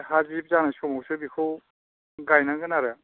हा जिब जानाय समावसो बेखौ गायनांगोन आरो